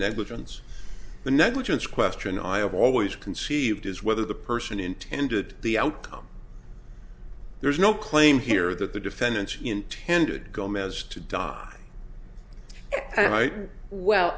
negligence the negligence question i have always conceived is whether the person intended the outcome there's no claim here that the defendants intended gomez to die right well